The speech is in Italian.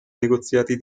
negoziati